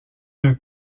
d’un